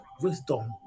wisdom